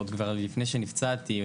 לפני שנפצעתי,